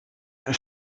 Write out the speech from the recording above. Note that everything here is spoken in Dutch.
een